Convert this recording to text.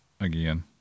again